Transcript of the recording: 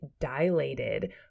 dilated